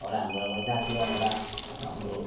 एउटा हाम्रो अब जातीय एउटा हाम्रो